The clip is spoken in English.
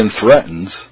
threatens